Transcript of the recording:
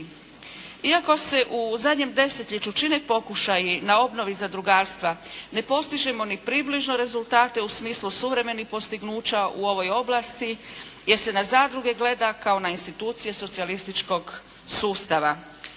Iako se u zadnjem desetljeću čine pokušaji na obnovi zadrugarstva, ne postižemo ni približno rezultate u smislu suvremenih postignuća u ovoj oblasti, jer se na zadruge gleda kao na institucije socijalističkog sustava.